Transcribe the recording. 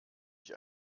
ich